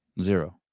Zero